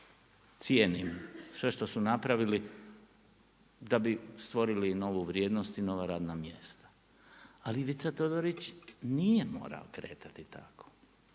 Cijenim sve što su napravili da bi stvorili vrijednost i nova radna mjesta. Ali Ivica Todorić, nije morao kretati tako.